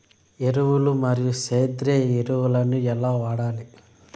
ఎరువులు మరియు సేంద్రియ ఎరువులని ఎలా వాడాలి?